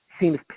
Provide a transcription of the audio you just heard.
seems